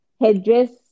headdress